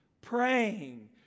praying